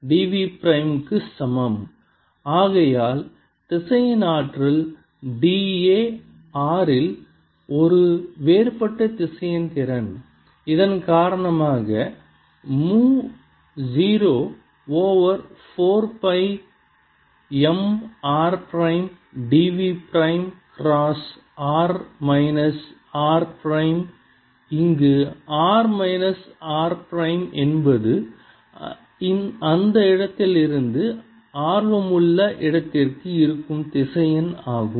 Ar04πmrr3Mmagnetic momentvolume dmMrdV ஆகையால் திசையன் ஆற்றல் d A r இல் ஒரு வேறுபட்ட திசையன் திறன் இதன் காரணமாக மு 0 over 4 pi M r prime d v prime cross r minus r prime இங்கு r மைனஸ் r பிரைம் என்பது அந்த இடத்திலிருந்து ஆர்வமுள்ள இடத்திற்கு இருக்கும் திசையன் ஆகும்